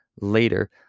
later